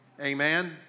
Amen